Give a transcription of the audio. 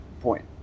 point